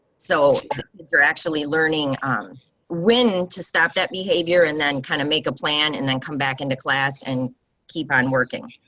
so you're actually learning when to stop that behavior and then kind of make a plan and then come back into class and keep on working.